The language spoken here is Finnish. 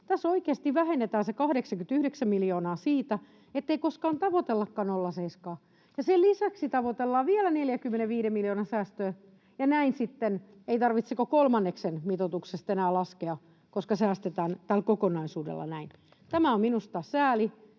Tässä oikeasti vähennetään se 89 miljoonaa siitä, ettei koskaan tavoitellakaan 0,7:ää, ja sen lisäksi tavoitellaan vielä 45 miljoonan säästöä, ja näin sitten ei tarvitse enää laskea mitoituksesta kuin kolmanneksen, koska säästetään tällä kokonaisuudella näin. Tämä on minusta sääli,